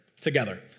together